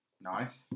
Nice